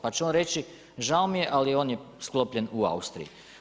Pa će on reći, žao mi je ali on je sklopljen u Austriji.